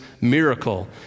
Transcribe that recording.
miracle